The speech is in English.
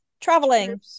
traveling